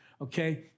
okay